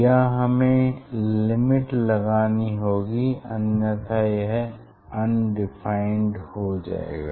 यहाँ हमें लिमिट लगानी होगी अन्यथा यह अनडिफाइंड हो जाएगा